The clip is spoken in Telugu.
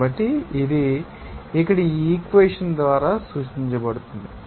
కాబట్టి ఇది ఇక్కడ ఈ ఈక్వెషన్ ద్వారా సూచించబడుతుంది